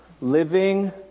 Living